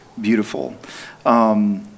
beautiful